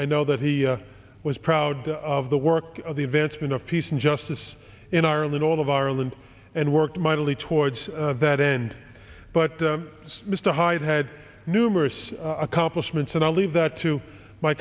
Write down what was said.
i know that he was proud of the work of the advancement of peace and justice in ireland all of our lives and worked mightily towards that end but mr hyde had numerous accomplishments and i'll leave that to my